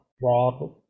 broad